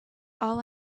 all